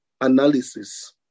analysis